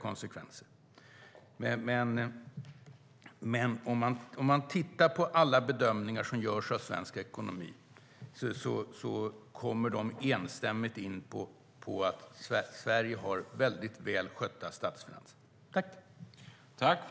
Men om man tittar på alla bedömningar som görs av svensk ekonomi ser man att alla enstämmigt kommer in på att Sverige har väldigt väl skötta statsfinanser.